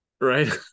right